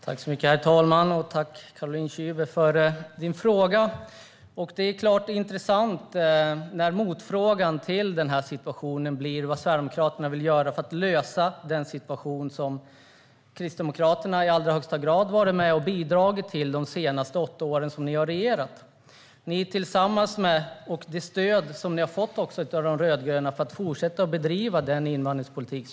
Herr talman! Jag tackar Caroline Szyber för hennes fråga. Det är intressant när motfrågan till Sverigedemokraterna i denna situation blir vad vi vill göra för att lösa den situation som ni i Kristdemokraterna i allra högsta grad har varit med och bidragit till under de åtta år då ni har regerat. Ni fick också stöd från de rödgröna för att fortsätta att bedriva er invandringspolitik.